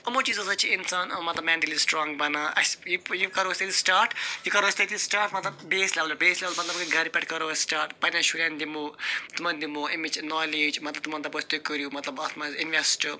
یِمو چیٖزو سۭتۍ چھُ اِنسان مطلب مٮ۪نٹلی سَِٹرانٛگ بَنان اَسہِ یہِ کَرو تیٚلہِ سِٹاٹ یہِ کَرو تٔتی سِٹاٹ یہِ کَرو أسۍ تٔتی سِٹاٹ مطلب بیس لٮ۪ولہِ بیس لٮ۪ول مطلب گٔے گرِ پٮ۪ٹھ کَرو سِٹاٹ پنٛنٮ۪ن شُرٮ۪ن دِمو تِمن دِمو اَمِچ نالیج مطلب تِمن دَپو أسۍ تُہۍ کٔرِو اتھ منٛز اِنوٮ۪سٹ